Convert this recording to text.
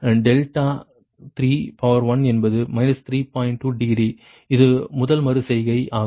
2 degree இது முதல் மறு செய்கை ஆகும்